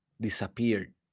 disappeared